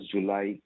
July